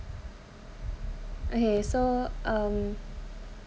okay so um